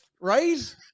Right